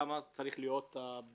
למה היא צריכה להיות שונה,